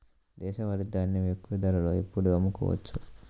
దేశవాలి ధాన్యం ఎక్కువ ధరలో ఎప్పుడు అమ్ముకోవచ్చు?